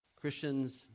Christians